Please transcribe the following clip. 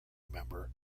member